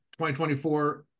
2024